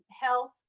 health